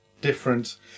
different